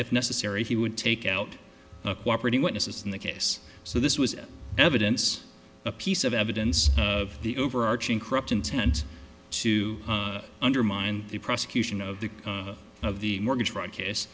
if necessary he would take out cooperated witnesses in the case so this was evidence a piece of evidence of the overarching corrupt intent to undermine the prosecution of the of the mortgage fraud cas